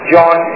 John